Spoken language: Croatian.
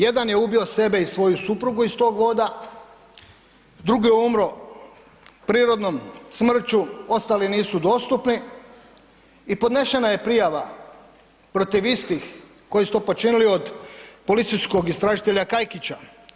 Jedan je ubio sebe i svoju suprugu iz tog voda, drugi je umro prirodnom smrću, ostali nisu dostupni, i podnešena je prijava protiv istih koji su to počinili od policijskog istražitelja Kajkića.